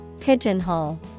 pigeonhole